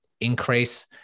increase